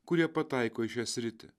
kurie pataiko į šią sritį